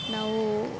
ನಾವು